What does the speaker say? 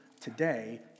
today